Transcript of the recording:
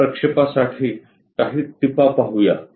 या प्रक्षेपासाठी काही टिपा पाहूया